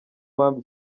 mpamvu